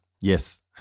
Yes